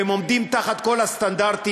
הם עומדים בכל הסטנדרטים,